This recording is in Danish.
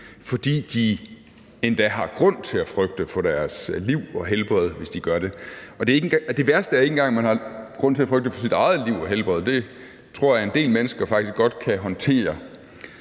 for og endda har grund til at frygte for deres liv og helbred, hvis de gør det. Og det værste er ikke engang, at man har grund til at frygte for sit eget liv og helbred – det tror jeg faktisk at en del mennesker godt kan håndtere.